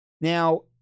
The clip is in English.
Now